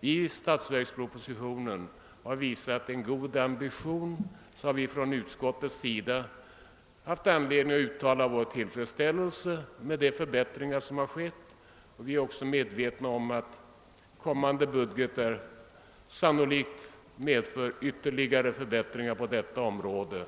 i statsverkspropositionen har visat en god ambition har vi från utskottets sida funnit anledning uttala vår tillfredsställelse med de förbättringar som har skett. Vi är också medvetna om att kommande budgetår sannolikt medför ytterligare förbättringar på detta område.